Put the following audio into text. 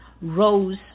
rose